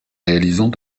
réalisant